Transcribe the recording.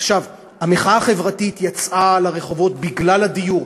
עכשיו, המחאה החברתית יצאה לרחובות בגלל הדיור.